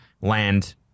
land